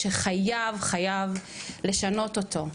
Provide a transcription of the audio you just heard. שחייב לשנות אותו.